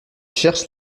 cherche